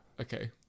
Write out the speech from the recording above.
okay